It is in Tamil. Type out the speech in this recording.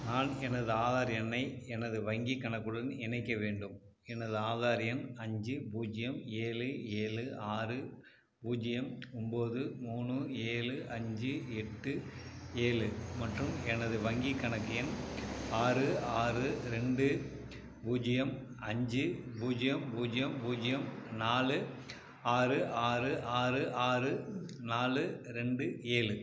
நான் எனது ஆதார் எண்ணை எனது வங்கிக் கணக்குடன் இணைக்க வேண்டும் எனது ஆதார் எண் அஞ்சு பூஜ்ஜியம் ஏழு ஏழு ஆறு பூஜ்ஜியம் ஒம்போது மூணு ஏழு அஞ்சு எட்டு ஏழு மற்றும் எனது வங்கிக் கணக்கு எண் ஆறு ஆறு ரெண்டு பூஜ்ஜியம் அஞ்சு பூஜ்ஜியம் பூஜ்ஜியம் பூஜ்ஜியம் நாலு ஆறு ஆறு ஆறு ஆறு நாலு ரெண்டு ஏழு